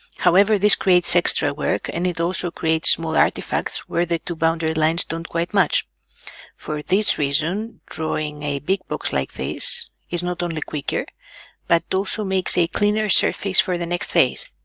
however this creates extra work and it also creates small artifacts where the two boundary lines don't quite match for this reason drawing a big box like this is not only quicker but also makes a cleaner surface for the next phase.